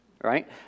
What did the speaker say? right